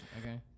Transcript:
Okay